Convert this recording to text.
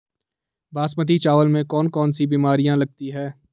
बासमती चावल में कौन कौन सी बीमारियां लगती हैं?